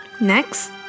Next